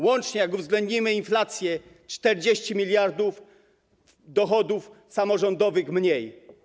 Łącznie, jak uwzględnimy inflację, 40 mld dochodów samorządowych mniej.